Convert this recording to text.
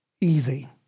easy